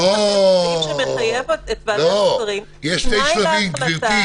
כי יש סעיף שמחייב את ועדת השרים כתנאי להחלטה.